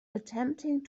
attempting